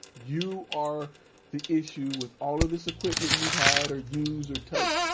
you are the issue with all of this equipment you've had, or used, or touched.